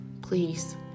please